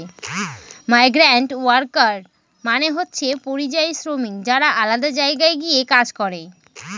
migrant worker মানে হচ্ছে পরিযায়ী শ্রমিক যারা আলাদা জায়গায় গিয়ে কাজ করে